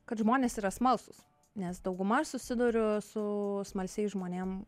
kad žmonės yra smalsūs nes dauguma aš susiduriu su smalsiais žmonėm